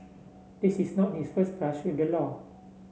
this is not his first brush with the law